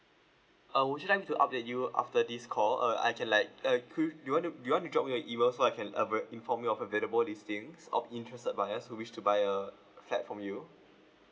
uh would like me to update you after this call uh I can like uh query you want to you want me to drop you a email so I can uh perhaps inform you of available listings of interested buyer who wish to buy a flat from you